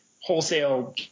wholesale